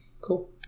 Cool